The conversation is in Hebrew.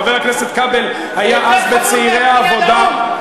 חבר הכנסת כבל היה אז בצעירי העבודה.